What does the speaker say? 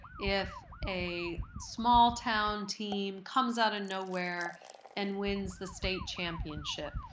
if a small-town team comes out nowhere and wins the state championship,